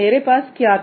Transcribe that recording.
मेरे पास क्या था